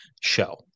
show